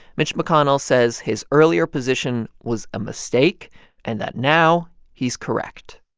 mitch mcconnell says his earlier position was a mistake and that now he's correct